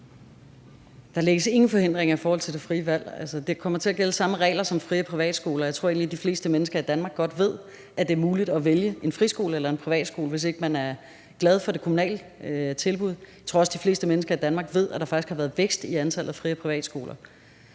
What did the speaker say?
Rosenkrantz-Theil): Der lægges ingen forhindringer i forhold til det frie valg. Altså, der kommer til at gælde samme regler som for fri- og privatskoler, og jeg tror egentlig, at de fleste mennesker i Danmark godt ved, at det er muligt at vælge en friskole eller en privatskole, hvis man ikke er glad for det kommunale tilbud. Jeg tror også, de fleste mennesker i Danmark ved, at der faktisk har været vækst i antallet af fri- og privatskoler.